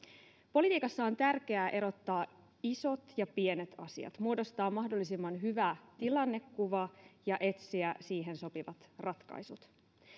politiikassa on tärkeää erottaa isot ja pienet asiat muodostaa mahdollisimman hyvä tilannekuva ja etsiä siihen sopivat ratkaisut